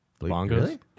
Bongos